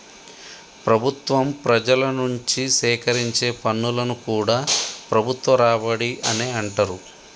ప్రభుత్వం ప్రజల నుంచి సేకరించే పన్నులను కూడా ప్రభుత్వ రాబడి అనే అంటరు